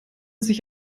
sich